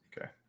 okay